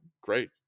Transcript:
great